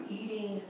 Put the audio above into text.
eating